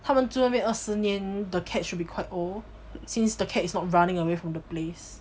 他们住在那边二十年 the cat should be quite old since the cat is not running away from the place